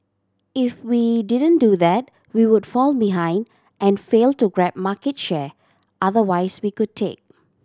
if we didn't do that we would fall behind and fail to grab market share otherwise we could take